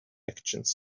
actions